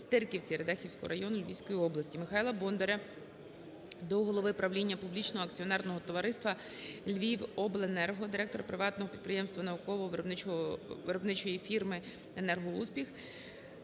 Стирківці Радехівського району Львівської області. Михайла Бондаря до голови Правління Публічного акціонерного товариства "Львівобленерго", директора приватного підприємства "Науково-виробнича фірма "Енерго-успіх",